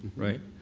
right?